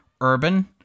urban